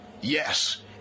Yes